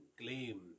claim